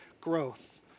growth